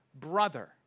brother